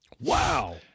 Wow